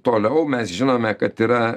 toliau mes žinome kad yra